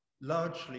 largely